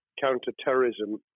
counter-terrorism